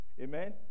Amen